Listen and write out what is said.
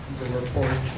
report